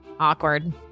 awkward